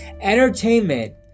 Entertainment